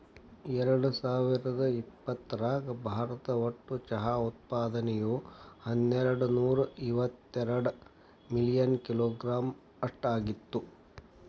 ಎರ್ಡಸಾವಿರದ ಇಪ್ಪತರಾಗ ಭಾರತ ಒಟ್ಟು ಚಹಾ ಉತ್ಪಾದನೆಯು ಹನ್ನೆರಡನೂರ ಇವತ್ತೆರಡ ಮಿಲಿಯನ್ ಕಿಲೋಗ್ರಾಂ ಅಷ್ಟ ಆಗಿತ್ತು